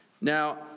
Now